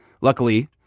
Luckily